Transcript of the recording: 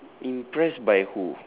impressed by who